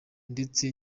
ndetse